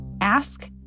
ask